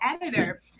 editor